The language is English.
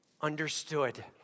understood